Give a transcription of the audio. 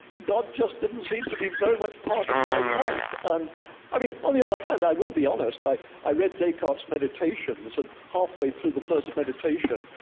god just didn't seem to be very much part of my life. and i mean, on the other hand, i will be honest, i i read descartes's meditations and halfway through the first meditation,